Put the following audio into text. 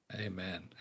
Amen